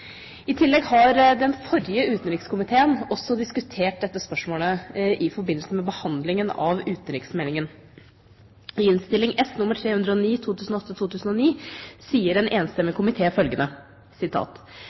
I tillegg har den forrige utenrikskomiteen også diskutert dette spørsmålet i forbindelse med behandlingen av utenriksmeldingen. I Innst. S nr. 306 for 2008–2009 sier en enstemmig